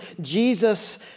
Jesus